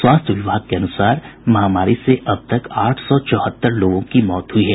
स्वास्थ्य विभाग के अनुसार महामारी से अब तक आठ सौ चौहत्तर लोगों की मौत हुई है